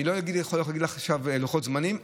אני לא יכול להגיד לך עכשיו לוחות זמנים,